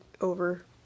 over